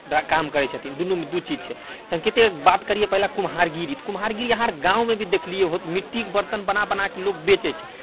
काम करै छथिन दुनूमे दू चीज छै सङ्केतिक बात करियै तऽ पहिले कुम्हारगिरी तऽ कुम्हारगिरी अहाँ आर गाँवमे भी देखलियै होत मिट्टीके बर्तन बना बनाके लोग बेचै छै